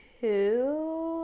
two